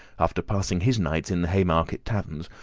after passing his nights in the haymarket taverns,